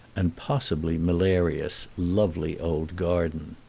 and possibly malarious, lovely old garden.